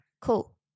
Cool